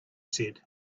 said